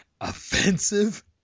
offensive